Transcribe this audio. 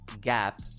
gap